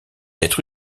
être